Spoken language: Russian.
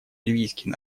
ливийский